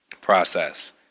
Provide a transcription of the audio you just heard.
process